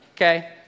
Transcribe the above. Okay